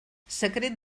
secret